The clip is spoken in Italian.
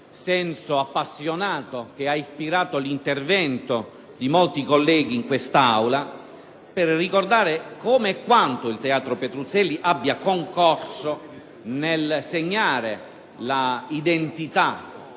senso appassionato che ha ispirato l'intervento di molti colleghi in questa Aula, come e quanto il Teatro Petruzzelli abbia concorso nel segnare l'identità